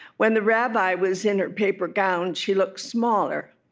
when the rabbi was in her paper gown she looked smaller,